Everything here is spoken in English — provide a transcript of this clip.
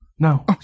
No